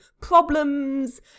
problems